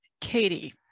Katie